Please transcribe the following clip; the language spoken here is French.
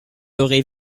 aurait